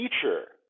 teacher